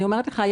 אני אומרת לך,